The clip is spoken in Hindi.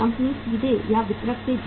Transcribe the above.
कंपनी सीधे या वितरक से भी